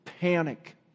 panic